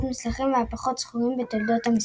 מוצלחים והפחות זכורים בתולדות המשחק.